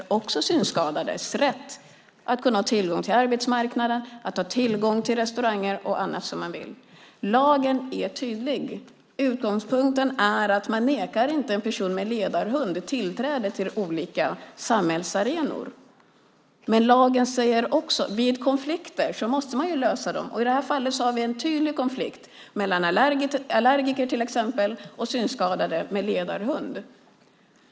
Det gäller också synskadades rätt att ha tillgång till arbetsmarknaden, till restauranger och till annat som man vill ha tillgång till. Lagen är tydlig. Utgångspunkten är att man inte nekar en person med ledarhund tillträde till olika samhällsarenor. Men lagen säger också att vid konflikter måste man lösa dem. I det här fallet har vi en tydlig konflikt mellan till exempel allergiker och synskadade med ledarhund.